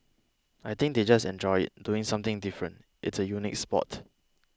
I think they just enjoy it doing something different it's a unique sport